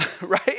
Right